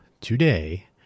today